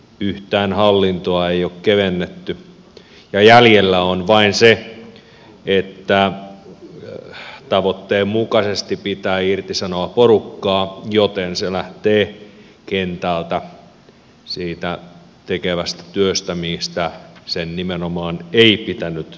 yhtään ei ole hallintoa kevennetty ja jäljellä on vain se että tavoitteen mukaisesti pitää irtisanoa porukkaa joten se lähtee kentältä siitä tekevästä työstä mistä sen nimenomaan ei pitänyt lähteä